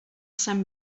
sant